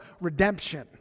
redemption